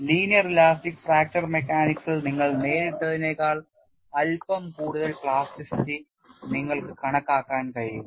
linear elastic fracture മെക്കാനിക്സിൽ നിങ്ങൾ നേരിട്ടതിനേക്കാൾ അല്പം കൂടുതൽ പ്ലാസ്റ്റിറ്റി നിങ്ങൾക്ക് കണക്കാക്കാൻ കഴിയും